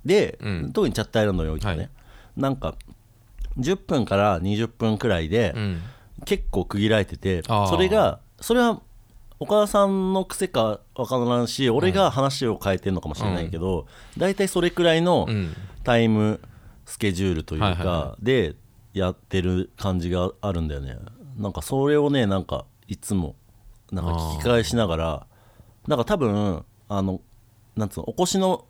で、うん。特にチャットアイランドにおいてね。はい。なんか、10分から20分くらいで、うん。結構区切られてて、それあー。が、それは、お母さんの癖か分からんし、俺が話を変えてんのかもしれないけど、うん。うん。大体それくらいのうん。タイムスケジュールというはいはいはい。か、で、やってる感じがあるんだよね。なんかそれをね、なんか、いつも、なんか聞き返しながら、あー。なんか多分、あの、なんつうの、お越しの